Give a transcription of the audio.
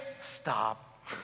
stop